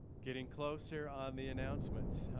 getting close here on the announcements.